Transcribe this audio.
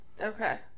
Okay